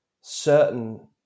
Certain